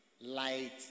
light